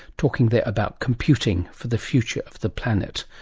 talking there about computing for the future of the planet,